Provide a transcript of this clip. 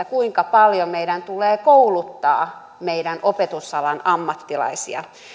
kuinka paljon meidän tulee kouluttaa opetusalan ammattilaisia